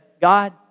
God